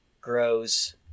grows